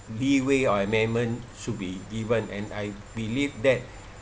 leeway or amendment should be given and I believe that